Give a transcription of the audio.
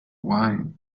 wine